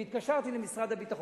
התקשרתי למשרד הביטחון,